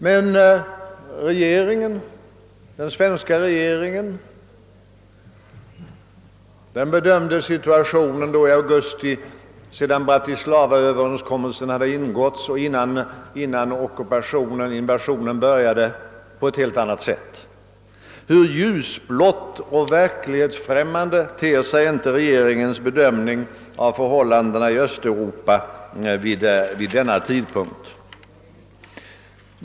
Men den svenska regeringen bedömde situationen i augusti, sedan Bratislavaöverenskommelsen hade ingåtts och innan invasionen i Tjeckoslovakien började, på ett helt annat sätt. Hur ljusblå och verklighetsfrämmande ter sig inte regeringens bedömning av förhållandena i Östeuropa vid denna tidpunkt!